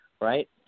right